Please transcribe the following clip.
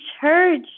church